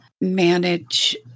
manage